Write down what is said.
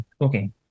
okay